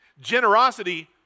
generosity